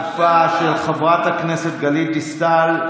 של חברת הכנסת גלית דיסטל,